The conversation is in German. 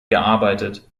gearbeitet